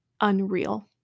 unreal